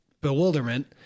bewilderment